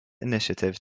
initiative